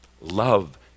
Love